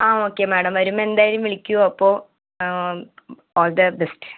ആ okay madam വരുമ്പം എന്തായാലും വിളിക്കൂ അപ്പോൾ ഓൾ ദ ബെസ്റ്റ്